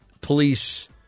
police